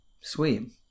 Sweet